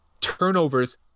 turnovers